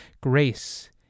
grace